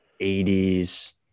80s